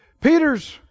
Peter's